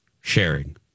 sharing